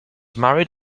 married